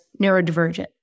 neurodivergent